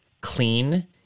clean